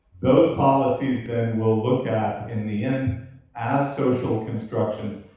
those policies, then, we'll look at in the end as social constructions.